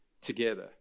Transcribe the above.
together